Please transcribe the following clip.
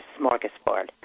smorgasbord